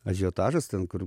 ažiotažas ten kur